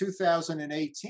2018